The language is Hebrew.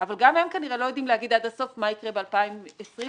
אבל גם הם כנראה לא יודעים לומר עד הסוף מה יקרה ב-2020 וב-2021.